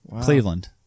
cleveland